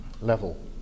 level